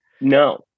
No